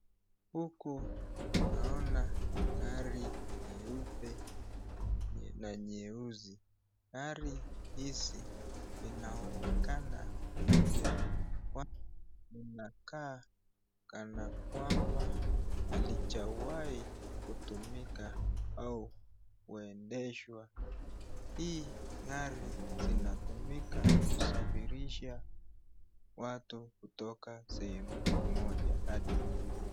Huku naona gari nyeupe na nyeusi. Gari hizi inaonekana mupya. Linakaa kanakwamba halijawai kutumika au kuendeshwa. Hii gari zinatumika kusafirisha watu kutoka sehemu moja hadi nyingine.